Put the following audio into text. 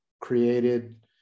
created